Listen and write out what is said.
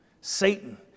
Satan